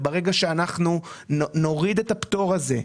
צריך להוריד את הפטור הזה,